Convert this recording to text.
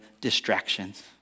distractions